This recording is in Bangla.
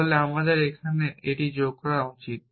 তাহলে আমার এটি এখানে যোগ করা উচিত